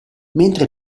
mentre